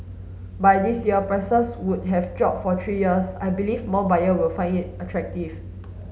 by this year prices would have dropped for three years I believe more buyer will find it attractive